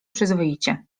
przyzwoicie